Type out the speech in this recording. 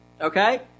Okay